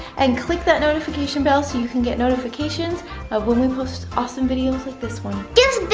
and click that notification bell so you can get notifications of when we post awesome videos like this one. give